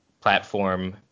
platform